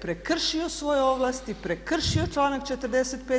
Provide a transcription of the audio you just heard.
prekršio svoje ovlasti, prekršio članak 45.